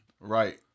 Right